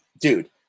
Dude